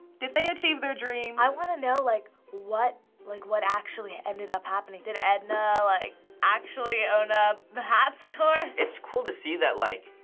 did they achieve their dream? i wanna know like what like what actually ended up happening. did edna like actually own ah a hat store? it's cool to see that like